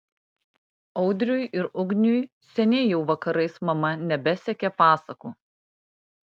audriui ir ugniui seniai jau vakarais mama nebesekė pasakų